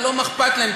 אבל מה אכפת להם.